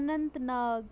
Anant Nag